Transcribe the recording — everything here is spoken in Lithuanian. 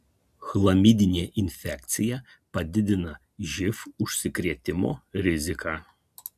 chlamidinė infekcija padidina živ užsikrėtimo riziką